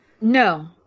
No